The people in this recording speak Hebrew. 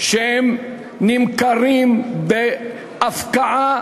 שנמכרים בהפקעה